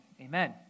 Amen